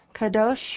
Kadosh